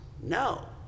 No